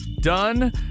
done